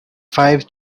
five